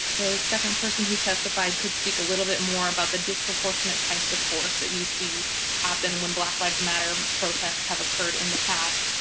the second person who testified could speak a little bit more about the disproportionate types of horse that you see happen when black lives matter protests have occurred in the past.